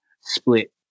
split